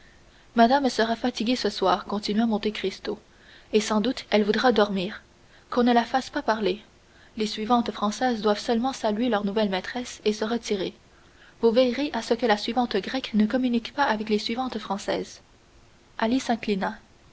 madame sera fatiguée ce soir continua monte cristo et sans doute elle voudra dormir qu'on ne la fasse pas parler les suivantes françaises doivent seulement saluer leur nouvelle maîtresse et se retirer vous veillerez à ce que la suivante grecque ne communique pas avec les suivantes françaises